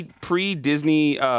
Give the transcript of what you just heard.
Pre-Disney